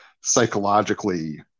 psychologically